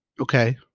okay